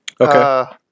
Okay